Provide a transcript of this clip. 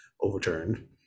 overturned